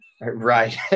Right